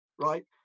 Right